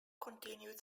continued